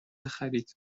خرید